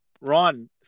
Ron